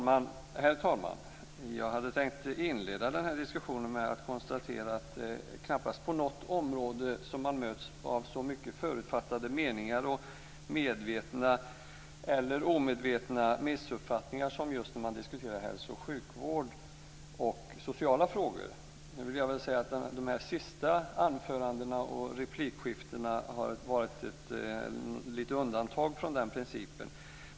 Herr talman! Jag hade tänkt inleda denna diskussion med att konstatera att man knappast på något område möts av så många förutfattade meningar och medvetna eller omedvetna missuppfattningar som just när man diskuterar hälso och sjukvård och sociala frågor. De senaste anförandena och replikskiftena har varit undantag från den principen.